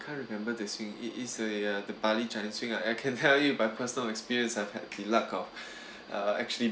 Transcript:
can't remember the swing it is a ya the bali challenge swing I can tell you but no personal experience I've had the lack of uh actually